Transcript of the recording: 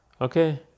okay